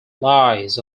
lies